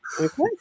Okay